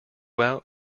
out